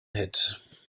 hit